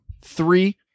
three